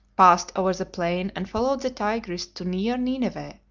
passed over the plain and followed the tigris to near nineveh,